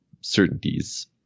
certainties